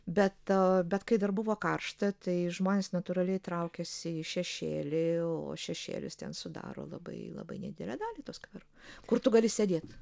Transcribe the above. bet a bet kai dar buvo karšta tai žmonės natūraliai traukėsi į šešėlį o šešėlis ten sudaro labai labai nedidelę dalį to skvero kur tu gali sėdėt